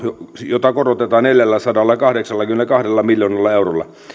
jota korotetaan neljälläsadallakahdeksallakymmenelläkahdella miljoonalla eurolla